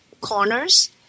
corners